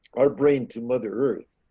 our brain to mother earth,